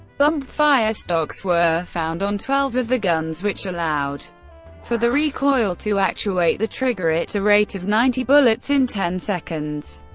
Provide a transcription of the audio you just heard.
bump fire stocks were found on twelve of the guns, which allowed for the recoil to actuate the trigger at a rate of ninety bullets in ten seconds.